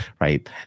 right